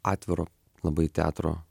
atviro labai teatro